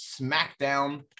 smackdown